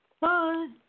Bye